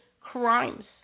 crimes